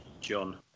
John